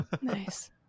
Nice